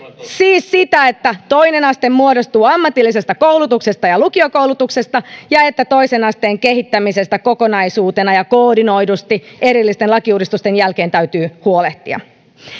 siis sitä että toinen aste muodostuu ammatillisesta koulutuksesta ja lukiokoulutuksesta ja että toisen asteen kehittämisestä kokonaisuutena ja koordinoidusti erillisten lakiuudistusten jälkeen täytyy huolehtia